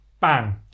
Bang